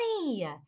money